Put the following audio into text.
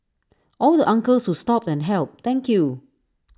all the uncles who stopped and helped thank you